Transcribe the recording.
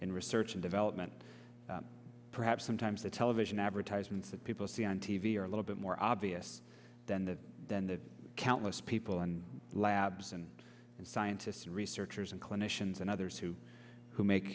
in research and development perhaps sometimes the television advertisements that people see on t v are a little bit more obvious than that than the countless people and labs and scientists and researchers and clinicians and others who who make